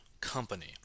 company